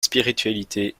spiritualité